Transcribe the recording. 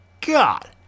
God